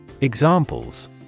Examples